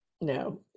No